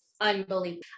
unbelievable